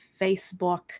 Facebook